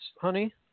honey